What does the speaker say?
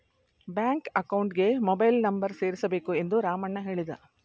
bank ಅಕೌಂಟ್ಗೆ mobile number ಸೇರಿಸಬೇಕು ಎಂದು ರಾಮಣ್ಣ ಹೇಳಿದ